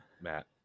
Matt